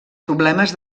problemes